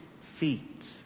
feet